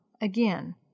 Again